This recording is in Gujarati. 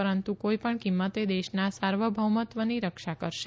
પરંતુ કોઇપણ કિંમતે દેશના સર્વભૌમત્વની રક્ષા કરશે